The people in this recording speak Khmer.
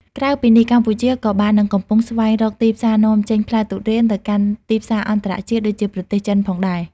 ក្រៅពីនេះ កម្ពុជាក៏បាននឹងកំពុងស្វែងរកទីផ្សារនាំចេញផ្លែទុរេនទៅកាន់ទីផ្សារអន្តរជាតិដូចជាប្រទេសចិនផងដែរ។